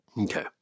Okay